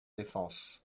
défense